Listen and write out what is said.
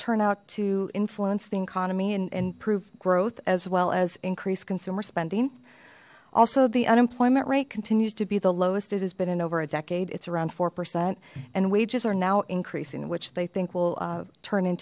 turn out to influence the economy and improve growth as well as increased consumer spending also the unemployment rate continues to be the lowest it has been in over a decade it's around four percent and wages are now increasing which they think will turn